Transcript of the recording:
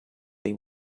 they